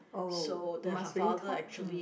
oh must we talk mm